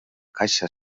caixa